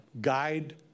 guide